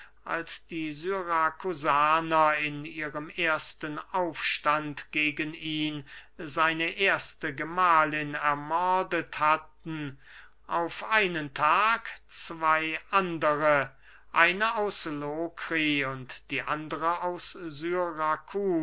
als die syrakusaner in ihrem ersten aufstand gegen ihn seine erste gemahlin ermordet hatten auf einen tag zwey andere eine aus lokri und die andere